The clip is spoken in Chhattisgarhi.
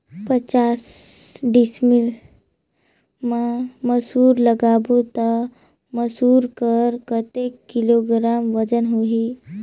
पचास डिसमिल मा मसुर लगाबो ता मसुर कर कतेक किलोग्राम वजन होही?